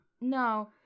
No